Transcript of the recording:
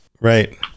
right